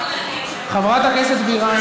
חברת הכנסת בירן.